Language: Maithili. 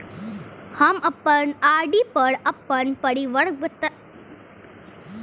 हम अपन आर.डी पर अपन परिपक्वता निर्देश जानय ले चाहय छियै